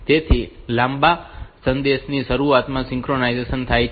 તેથી લાંબા સંદેશ ની શરૂઆતમાં સિંક્રનાઇઝેશન થાય છે